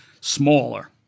smaller